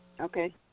Okay